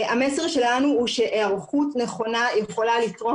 המסר שלנו הוא שהיערכות נכונה יכולה לתרום